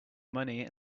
money